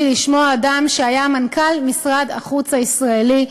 לשמוע אדם שהיה מנכ"ל משרד החוץ הישראלי,